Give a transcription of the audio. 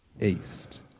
East